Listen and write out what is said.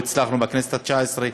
בכנסת התשע-עשרה,